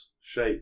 shape